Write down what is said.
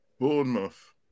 Bournemouth